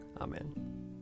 Amen